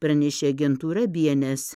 pranešė agentūra bns